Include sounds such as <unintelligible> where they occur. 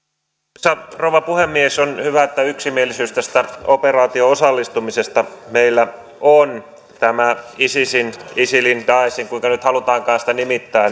arvoisa rouva puhemies on hyvä että yksimielisyys tästä operaatioon osallistumisesta meillä on näitä isisin isilin daeshin kuinka nyt halutaankaan sitä nimittää <unintelligible>